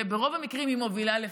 וברוב המקרים היא מובילה לפיזית.